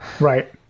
Right